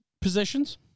positions